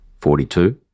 Forty-two